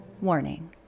warning